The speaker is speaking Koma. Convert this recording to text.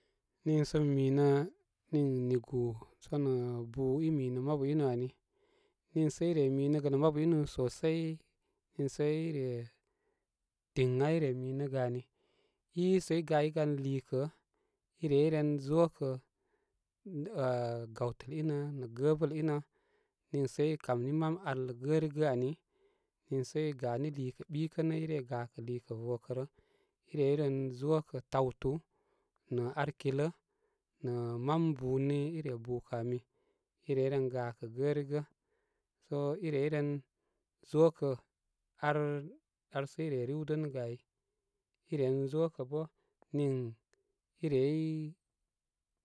Nii sə mi mi nə' nə nigu sənə' bu i minə mabu i nu ani nii sə i re minə' gə nə mabu inu sosai niisə i re tiŋa i re minə gə ani i sə i gaygan liikə, i reyren zo kə abarabar gawtəlinə nə gə'ə' bəl i nə niisə i kamni mam alə gərigə' ani, niisə i gani liikə bikə nə rey gakə vokərə i reyren zokə tawtu, nə ar kilə nə mam buni i re bukə ami i rey ren gokə gərigə sə i rey renzo kə ar ar sə i re widənəgə ai i ren zokə bə nin i rey.